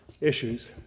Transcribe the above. issues